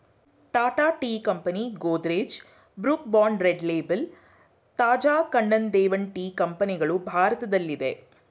Tata tea company, Godrej, Brooke Bond Red Label, Taj Kanan Devan tea ಕಂಪನಿಗಳು ಭಾರತದಲ್ಲಿದೆ